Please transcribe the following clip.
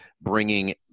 bringing